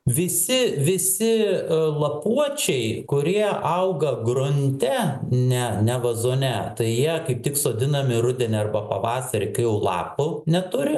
visi visi lapuočiai kurie auga grunte ne ne vazone tai jie kaip tik sodinami rudenį arba pavasarį kai jau lapų neturi